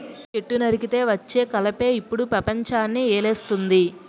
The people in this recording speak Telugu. చెట్టు నరికితే వచ్చే కలపే ఇప్పుడు పెపంచాన్ని ఏలేస్తంది